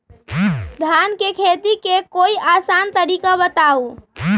धान के खेती के कोई आसान तरिका बताउ?